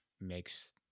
makes